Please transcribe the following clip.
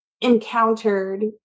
encountered